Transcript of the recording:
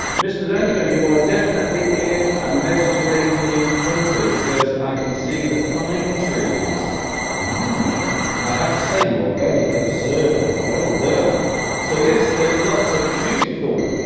mr. duncan and you are definitely in a mediterranean country because i can see the pine trees ah i have to say you are very observant well done so yes there is lots of beautiful